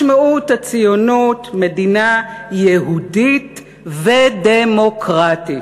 משמעות הציונות, מדינה יהודית ודמוקרטית,